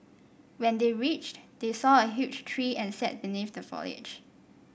when they reached they saw a huge tree and sat beneath the foliage